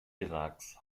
iraks